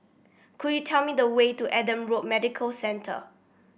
could you tell me the way to Adam Road Medical Centre